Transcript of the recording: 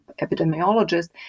epidemiologist